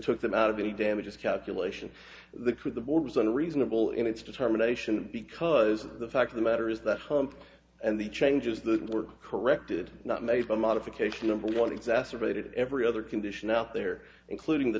took them out of the damage of calculation the crew the board's unreasonable in its determination because the fact of the matter is that hump and the changes that were corrected not made a modification number one exacerbated every other condition out there including the